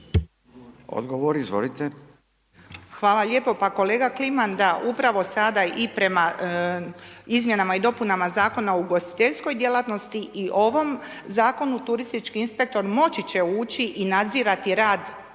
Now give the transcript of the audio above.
Branka (HDZ)** Hvala lijepo. Pa kolega Kliman, da, upravo sada i prema izmjenama i dopunama Zakona o ugostiteljskoj djelatnosti i ovom zakonu, turistički inspektor moći će ući i nadzirati rad